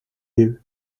you